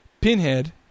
Pinhead